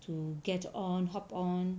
to get on hop on